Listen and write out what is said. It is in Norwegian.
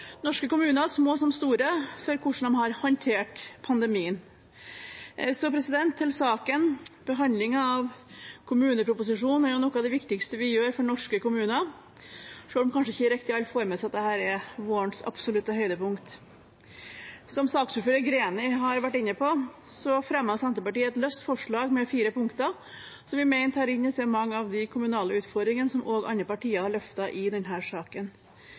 norske kommuner, små som store, for hvordan de har håndtert pandemien. Så til saken: Behandlingen av kommuneproposisjonen er noe av det viktigste vi gjør for norske kommuner, selv om kanskje ikke riktig alle får med seg at dette er vårens absolutte høydepunkt. Som saksordfører Greni har vært inne på, fremmer Senterpartiet et løst forslag med fire punkter som vi mener omfatter mange av de kommunale utfordringene som også andre partier har løftet i denne saken.